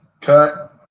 Cut